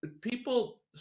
people